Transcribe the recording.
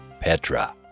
Petra